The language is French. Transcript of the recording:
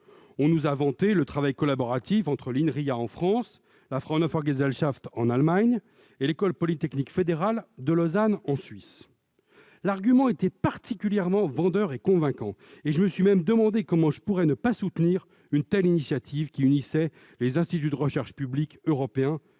On nous a vanté le travail collaboratif entre l'Inria, la Fraunhofer Gesellschaft en Allemagne et l'École polytechnique fédérale de Lausanne en Suisse. L'argument était particulièrement vendeur et convaincant. Je me suis même demandé comment je pourrais ne pas soutenir une telle initiative, qui unissait les instituts de recherche publics européens